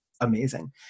amazing